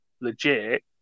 legit